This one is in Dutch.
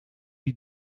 die